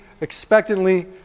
expectantly